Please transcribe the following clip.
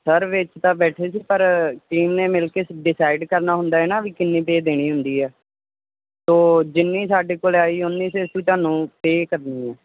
sir ਵਿੱਚ ਤਾਂ ਬੈਠੇ ਸੀ ਪਰ ਟੀਮ ਨੇ ਮਿਲ ਕੇ ਡਿਸਾਈਡ ਕਰਨਾ ਹੁੰਦਾ ਨਾ ਵੀ ਕਿੰਨੀ ਪੇ ਦੇਣੀ ਹੁੰਦੀ ਆ ਤਾਂ ਜਿੰਨੀ ਸਾਡੇ ਕੋਲ ਆਈ ਓਨੀ ਫੇਰ ਅਸੀਂ ਤੁਹਾਨੂੰ ਪੇ ਕਰਨੀ ਆ